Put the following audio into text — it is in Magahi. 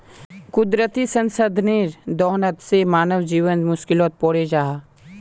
कुदरती संसाधनेर दोहन से मानव जीवन मुश्कीलोत पोरे जाहा